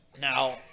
Now